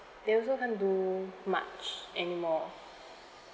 they also can't do much anymore